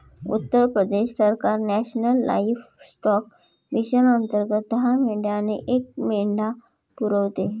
उत्तर प्रदेश सरकार national livestock mission अंतर्गत दहा मेंढ्या आणि एक मेंढा पुरवते